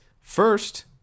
First